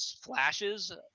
flashes